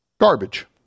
Garbage